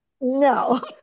No